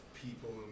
people